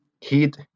heat